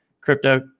crypto